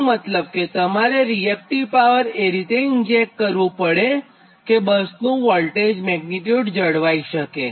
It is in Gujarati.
તેનો મતલબ કે તમારે રીએક્ટીવ પાવર એ રીતે ઇન્જેક્ટ કરવું પડેકે બસનું વોલ્ટેજ મેગ્નીટ્યુડ જળવાઇ શકે